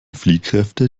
fliehkräfte